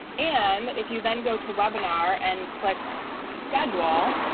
and if you then go to webinar and click schedule,